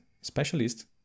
specialist